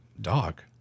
dog